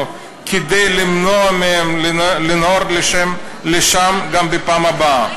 כדי למנוע מהם לנהור לשם גם בפעם הבאה,